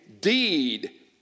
deed